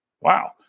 Wow